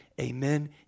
amen